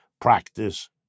practice